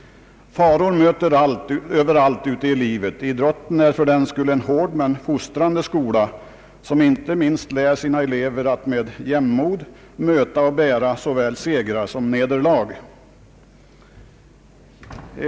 Faror möter överallt ute i livet. Idrotten är fördenskull en hård men fostrande skola som inte minst lär sina elever att med jämnmod möta såväl segrar som nederlag.